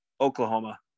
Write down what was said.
Oklahoma